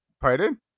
pardon